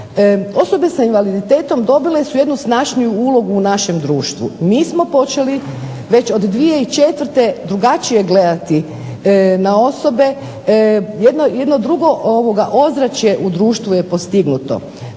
osobe sa invaliditetom dobile su jednu snažniju ulogu u našem društvu. Mi smo počeli već od 2004. drugačije gledati na osobe, jedno drugo ozračje u društvu je postignuto.